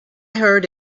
heard